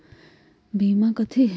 बीमा कथी है?